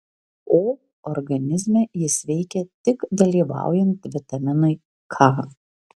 o organizme jis veikia tik dalyvaujant vitaminui k